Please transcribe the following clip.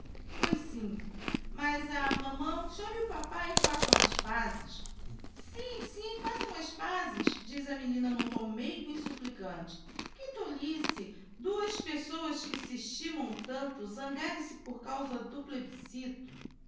pois sim mas a mamã chame o papá e façam as pazes sim i sim façam as pazes diz a menina n'um tom meigo e supplicante que tolice duas pessoas que se estimam tanto zangarem-se por causa do plebiscito